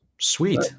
sweet